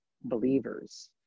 believers